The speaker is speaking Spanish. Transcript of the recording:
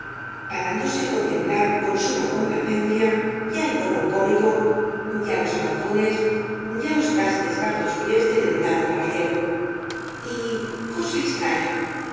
parándose á contemplar con suma complacencia ya el gorro cómico ya los calzones ya los casi descalzos pies del irritado caballero y cosa extraña